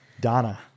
Donna